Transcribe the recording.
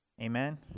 Amen